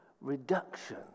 reduction